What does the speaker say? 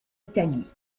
italie